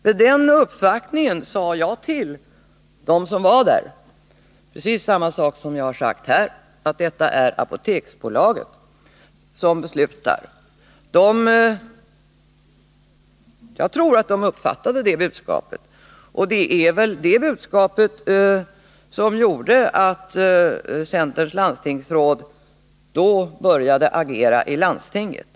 Vid den uppvaktningen sade jag till dem som kom detsamma som jag har sagt här — det är Apoteksbolaget som beslutar i den här frågan. Jag tror att de uppfattade det budskapet. Det var väl det som gjorde att centerns landstingsråd började agera i landstinget.